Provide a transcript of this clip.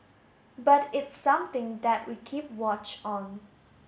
but it's something that we keep watch on